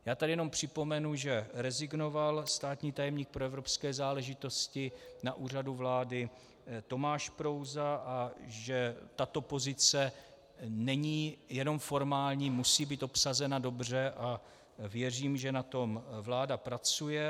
Já tady jenom připomenu, že rezignoval státní tajemník pro evropské záležitosti na Úřadu vlády Tomáš Prouza a že tato pozice není jenom formální, musí být obsazena dobře, a věřím, že na tom vláda pracuje.